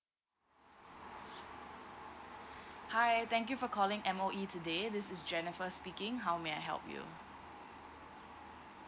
hi thank you for calling M_O_E today this is jennifer speaking how may I help you